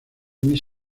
miss